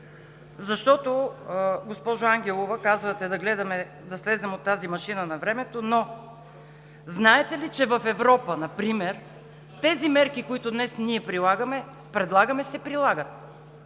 Защото, госпожо Ангелова, казвате да слезем от тази машина на времето, но знаете ли, че в Европа например тези мерки, които днес ние предлагаме, се прилагат?